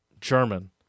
German